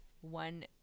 one